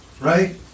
right